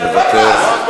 לא פרס.